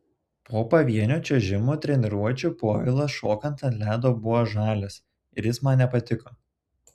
po pavienio čiuožimo treniruočių povilas šokant ant ledo buvo žalias ir jis man nepatiko